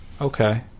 Okay